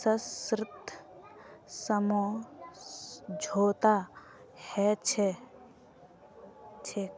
सशर्त समझौता ह छेक